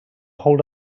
hold